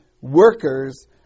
workers